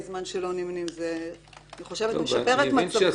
שנכון שהוועדה תקבל, זה דיווח לגבי המקרים שניתנה